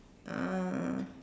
uh